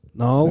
no